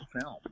film